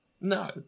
No